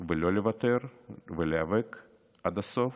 לא לוותר ולהיאבק עד הסוף,